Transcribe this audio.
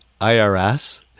IRS